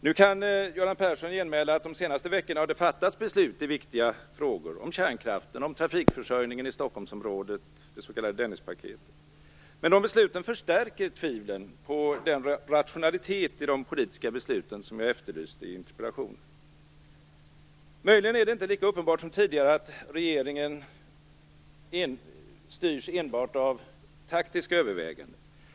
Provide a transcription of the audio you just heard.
Nu kan Göran Persson genmäla att det de senaste veckorna har fattats beslut i viktiga frågor, t.ex. om kärnkraften och om trafikförsörjningen i Stockholmsområdet, det s.k. Dennispaketet. Men besluten förstärker tvivlen på den rationalitet i de politiska besluten som jag efterlyste i interpellationen. Möjligen är det inte lika uppenbart som tidigare att regeringen styrs enbart av taktiska överväganden.